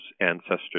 ancestors